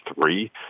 three